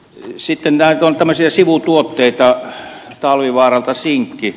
sitten on tämmöisiä sivutuotteita talvivaaralta sinkki